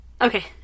Okay